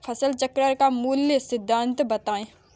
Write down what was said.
फसल चक्र का मूल सिद्धांत बताएँ?